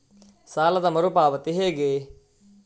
ಸಾಲದ ಮರು ಪಾವತಿ ಹೇಗೆ?